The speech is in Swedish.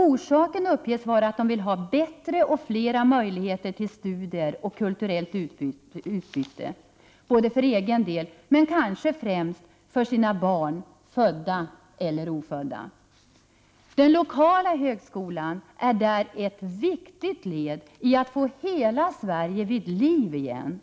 Orsaken uppges vara att de vill ha bättre och fler möjligheter till studier och kulturellt utbyte både för egen del och — kanske främst — för sina barn, födda eller ofödda. Den lokala högskolan är där ett viktigt led i att få hela Sverige ”vid liv” igen.